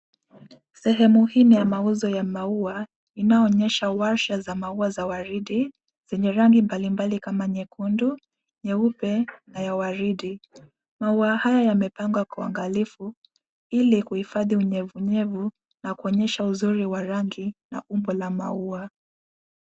Sehemu hii ni ya mauzo ya maua inayoonyesha warsha za maua za waridi zenye rangi mbalimbali kama nyekundu, nyeupe na ya waridi. Maua haya yamepangwa kwa uangalifu ili kuhifadhi unyevunyevu na kuonyesha uzuri wa rangi na umbo la maua.